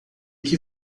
que